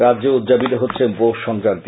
রাজ্যেও উদযাপিত হচ্ছে পৌষ সংক্রান্তি